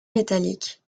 métallique